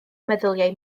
meddyliai